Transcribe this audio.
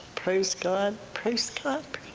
praise god. praise god!